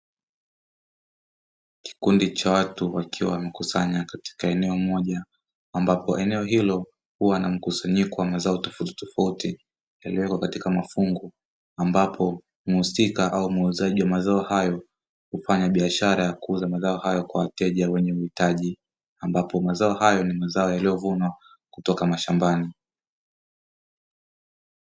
Kikundi cha watu wakiwa wamejikusanya katika eneo moja, ambapo eneo hilo huwa na mkusanyiko wa mazao tofauti tofauti yaliyowekwa katika mafungu, ambapo muhusika au muuzaji wa mazao hayo hufanya biashara ya kuuza mazao hayo kwa wateja wenye uhitaji ambapo mazao hayo ni mazao yaliyovunwa kutoka mashambani.